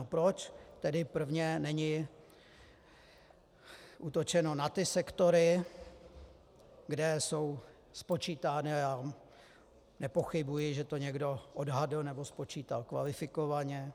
Proč tedy prvně není útočeno na ty sektory, kde jsou spočítány, a já nepochybuji, že to někdo odhadl nebo spočítal kvalifikovaně.